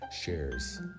shares